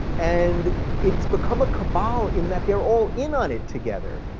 and it's become a cabal in that they're all in on it together.